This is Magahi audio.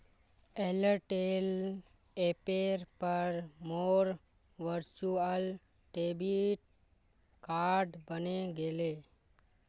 एयरटेल ऐपेर पर मोर वर्चुअल डेबिट कार्ड बने गेले